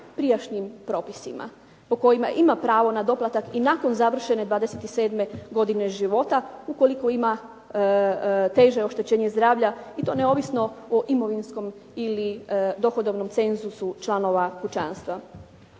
prijašnjim propisima, po kojima ima pravo na doplatak i nakon završene 27 godine života ukoliko ima teže oštećenje zdravlja i to neovisno o imovinskom ili dohodovnom cenzusu članova kućanstva.